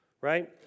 right